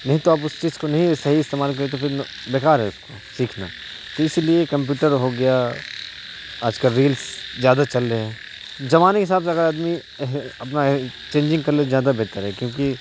نہیں تو آپ اس چیز کو نہیں صحیح استعمال کریں تو پھر بیکار ہے اس کو سیکھنا تو اسی لیے کمپیوٹر ہو گیا آج کل ریلس زیادہ چل رہے ہیں زمانے کے حساب سے اگر آدمی اپنا چینجنگ کر لے زیادہ بہتر ہے کیونکہ